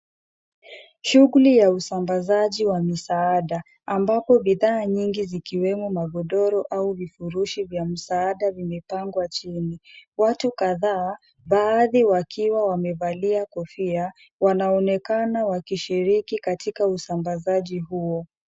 Shughuli ya usambazaji wa misaada ambapo bidhaa nyingi zikiwemo magodoro au vifurushi vya msaada vimepangwa chini. Watu kadhaa baadhi wakiwa wamevalia kofia wanaonekana wakishiriki katika usambazaji huo.